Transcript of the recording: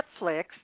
Netflix